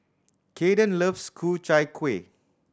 Kayden loves Ku Chai Kueh